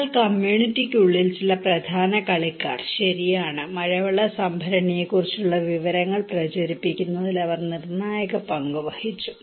എന്നാൽ കമ്മ്യൂണിറ്റിക്കുള്ളിൽ ചില പ്രധാന കളിക്കാർ ശരിയാണ് മഴവെള്ള സംഭരണിയെക്കുറിച്ചുള്ള വിവരങ്ങൾ പ്രചരിപ്പിക്കുന്നതിൽ അവർ നിർണായക പങ്ക് വഹിച്ചു